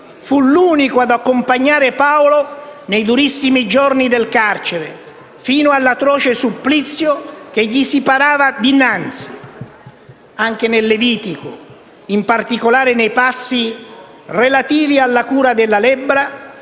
fu l'unico ad accompagnare Paolo nei durissimi giorni del carcere, fino all'atroce supplizio che gli si parava dinnanzi. Anche nel Levitico, in particolare nei passi relativi alla cura della lebbra